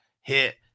hit